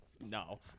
No